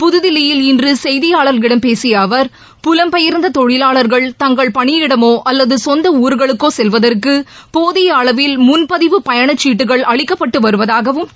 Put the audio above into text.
புதுதில்லியில் இன்று செய்திபாளர்களிடம் பேசிய அவர் புலம் பெயர்ந்த தொழிலாளர்கள் தங்கள் பணியிடமோ அல்லது சொந்த ஊர்களுக்கோ செல்வதற்கு போதிய அளவில் முன்பதிவு பயணச்சீட்டுகள் அளிக்கப்பட்டு வருவதாகவும் தெரிவித்தார்